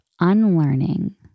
unlearning